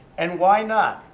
and why not?